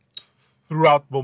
throughout